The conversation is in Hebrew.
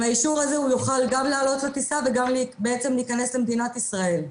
עם האישור הזה הוא יוכל גם לעלות לטיסה וגם להיכנס למדינת ישראל.